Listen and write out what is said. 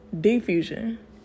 diffusion